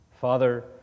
Father